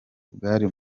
bwari